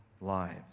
lives